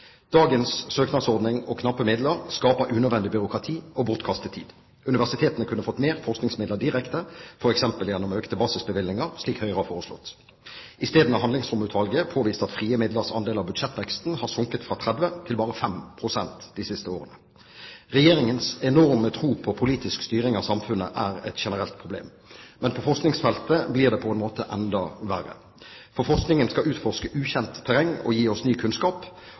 Dagens søknadsordning og knappe midler skaper unødvendig byråkrati og bortkastet tid. Universitetene kunne fått mer forskningsmidler direkte, f.eks. gjennom økte basisbevilgninger, slik Høyre har foreslått. Isteden har Handlingsromutvalget påvist at frie midlers andel av budsjettveksten har sunket fra 30 pst. til bare 5 pst. de siste årene. Regjeringens enorme tro på politisk styring av samfunnet er et generelt problem, men på forskningsfeltet blir det på en måte enda verre. Forskningen skal utforske ukjent terreng og gi oss ny kunnskap,